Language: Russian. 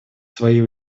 свои